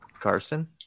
Carson